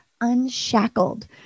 unshackled